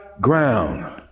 ground